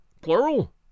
Plural